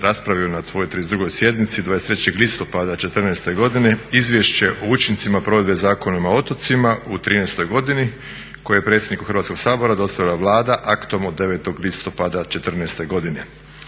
raspravio na svojoj 32.sjednici 23.listopada 2014.godine Izvješće o učincima provedbe Zakona o otocima u 2013.godini koje je predsjedniku Hrvatskog sabora dostavila Vlada aktom od 9.listopada 2014.godine.